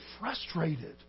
frustrated